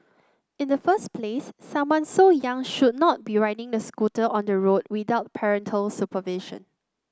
in the first place someone so young should not be riding the scooter on the road without parental supervision